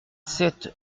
sept